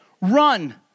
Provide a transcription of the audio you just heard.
run